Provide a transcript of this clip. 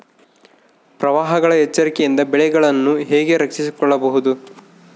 ಪ್ರವಾಹಗಳ ಎಚ್ಚರಿಕೆಯಿಂದ ಬೆಳೆಗಳನ್ನು ಹೇಗೆ ರಕ್ಷಿಸಿಕೊಳ್ಳಬಹುದು?